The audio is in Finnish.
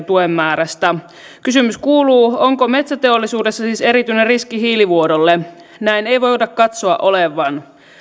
tuen määrästä kysymys kuuluu onko metsäteollisuudessa siis erityinen riski hiilivuodolle näin ei voida katsoa olevan